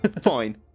Fine